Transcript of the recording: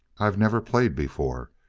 i've never played before.